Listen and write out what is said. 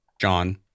John